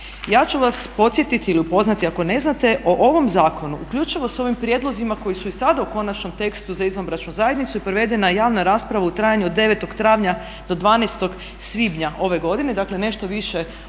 Ja ću vas podsjetiti ili upoznati ako ne znate, o ovom zakonu uključivo sa ovim prijedlozima koji su i sada u konačnom tekstu za izvanbračnu zajednicu i provedena je javna rasprava u trajanju od 9. travnja do 12. svibnja ove godine, dakle nešto više od